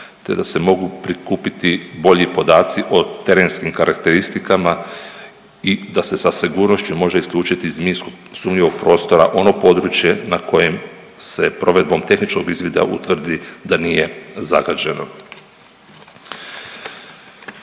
te da se mogu prikupiti bolji podaci o terenskim karakteristikama i da se sa sigurnošću može isključiti iz minsko sumnjivog prostora ono područje ne kojem se provedbom tehničkog izvida utvrdi da nije zagađeno.